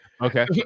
Okay